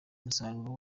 umusaruro